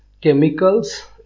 chemicals